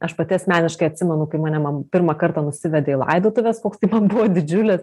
aš pati asmeniškai atsimenu kaip mane mama pirmą kartą nusivedė į laidotuves koks tai man buvo didžiulis